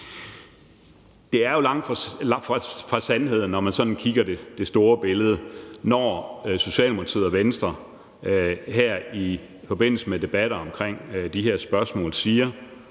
Det er jo langt fra sandheden, når man sådan kigger på det store billede, når Socialdemokratiet og Venstre her i forbindelse med debatter omkring de her spørgsmål, siger,